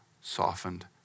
softened